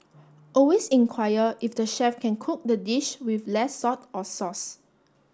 always inquire if the chef can cook the dish with less salt or sauce